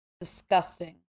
Disgusting